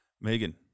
Megan